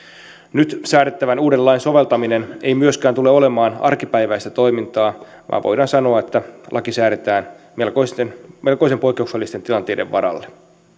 nyt säädettävän uuden lain soveltaminen ei myöskään tule olemaan arkipäiväistä toimintaa vaan voidaan sanoa että laki säädetään melkoisen melkoisen poikkeuksellisten tilanteiden varalle